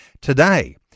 today